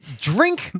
drink